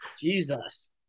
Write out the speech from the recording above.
Jesus